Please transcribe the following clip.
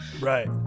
Right